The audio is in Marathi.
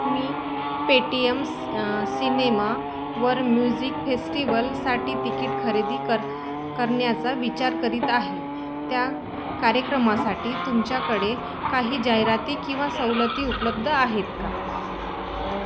मी पेटीएम सिनेमावर म्युझिक फेस्टिवलसाटी तिकीट खरेदी कर करण्याचा विचार करत आहे त्या कार्यक्रमासाठी तुमच्याकडे काही जाहिराती किंवा सवलती उपलब्ध आहेत का